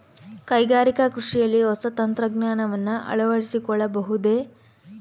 ಕೈಗಾರಿಕಾ ಕೃಷಿಯಲ್ಲಿ ಹೊಸ ತಂತ್ರಜ್ಞಾನವನ್ನ ಅಳವಡಿಸಿಕೊಳ್ಳಬಹುದೇ?